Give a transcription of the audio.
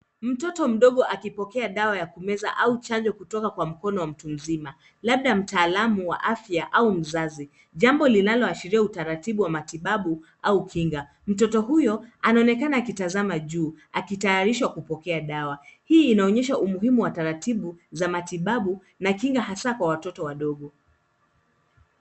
Mtoto mdogo akipokea dawa ya kumeza au chanjo kutoka kwa mkono wa mtu mzima labda mtaalamu wa afya au mzazi. Jambo linaloashiria utaratibu wa matibabu au kinga. Mtoto huyo anaonekana akitazama juu akitayarishwa kupokea dawa. Hii inaonyesha umuhimu wa taratibu za matibabu na kinga hasa kwa watoto wadogo.